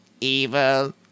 evil